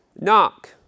Knock